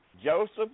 Joseph